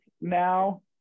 now